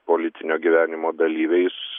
politinio gyvenimo dalyviais